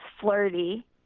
flirty